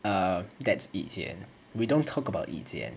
uh that's yi jie we don't talk about yi jie